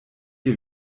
ihr